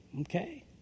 Okay